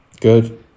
Good